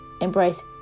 Embrace